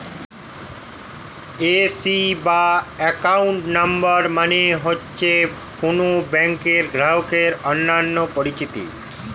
AC বা account number মানে হচ্ছে কোন ব্যাংকের গ্রাহকের অন্যান্য পরিচিতি